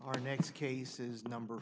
our next case is number